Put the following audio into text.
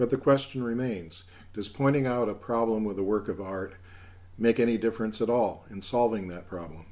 but the question remains does pointing out a problem with the work of art make any difference at all in solving that problem